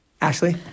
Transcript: Ashley